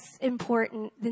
important